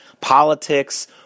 politics